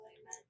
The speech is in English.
Amen